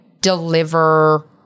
deliver